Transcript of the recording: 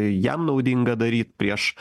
jam naudinga daryt prieš